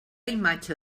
imatge